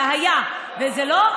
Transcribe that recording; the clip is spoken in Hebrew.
ואם לא,